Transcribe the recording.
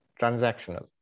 transactional